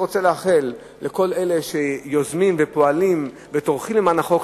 אני באמת רוצה לאחל לכל אלה שיוזמים ופועלים וטורחים למען החוק,